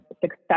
success